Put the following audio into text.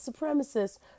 supremacists